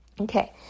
Okay